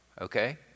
Okay